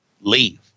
leave